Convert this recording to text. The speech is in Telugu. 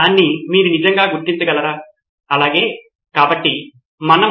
కాబట్టి మీరు మీ నోట్స్ను పొందగల సరైన వ్యక్తి ఎవరు